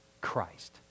Christ